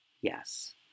yes